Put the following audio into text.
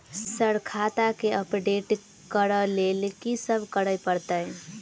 Sir खाता केँ update करऽ लेल की सब करै परतै?